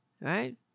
Right